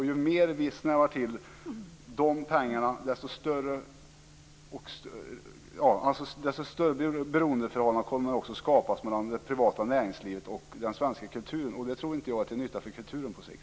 Ju mer vi snävar till de pengarna, desto större beroendeförhållanden kommer att skapas mellan det privata näringslivet och den svenska kulturen. Jag tror inte att det är till nytta för kulturen på sikt.